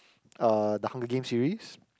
uh the Hunger Games series